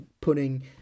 putting